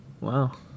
Wow